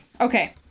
Okay